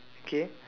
okay